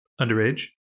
underage